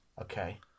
Okay